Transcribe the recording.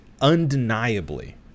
undeniably